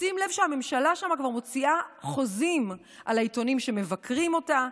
שים לב שהממשלה שם כבר מוציאה חוזים על העיתונים שמבקרים אותה,